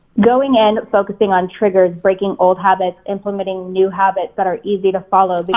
going in, focusing on triggers, breaking old habits, implementing new habits that are easy to follow. like